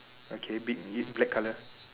okay black colour